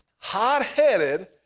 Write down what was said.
hot-headed